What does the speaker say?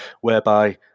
whereby